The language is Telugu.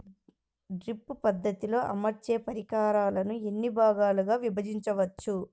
డ్రిప్ పద్ధతిలో అమర్చే పరికరాలను ఎన్ని భాగాలుగా విభజించవచ్చు?